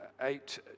eight